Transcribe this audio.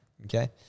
Okay